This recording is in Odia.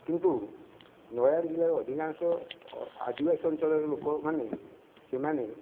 କିନ୍ତୁ ନୟାଗଡ଼ ଜିଲ୍ଲାରେ ଅଧିକାଂଶ ଆଦିବାସୀ ଅଞ୍ଚଳର ଲୋକମାନେ ସେମାନେ